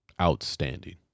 outstanding